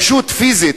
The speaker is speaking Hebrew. פשוט פיזית,